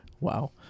Wow